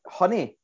honey